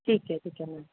ਠੀਕ ਹੈ ਠੀਕ ਹੈ ਮੈਮ